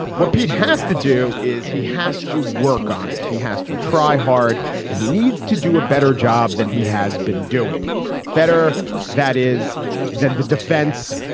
what pete has to do is he has to work on it. he has to try hard and he needs to do a better job than he has been doing better that is than the defense.